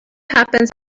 happens